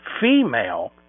female